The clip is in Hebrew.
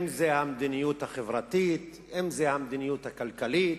אם המדיניות החברתית, אם המדיניות הכלכלית,